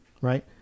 right